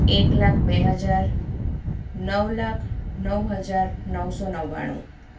એક લાખ બે હજાર નવ લાખ નવ હજાર નવસો નવ્વાણું